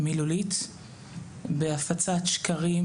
מילולית בהפצת שקרים,